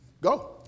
Go